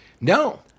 no